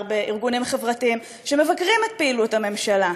בארגונים חברתיים שמבקרים את פעילות הממשלה.